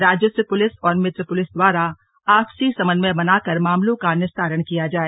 राजस्व पुलिस और मित्र पुलिस द्वरा आपसी समन्वय बनाकर मामलों का निस्तारण किया जाय